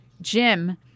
Jim